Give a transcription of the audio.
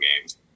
games